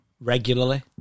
regularly